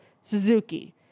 Suzuki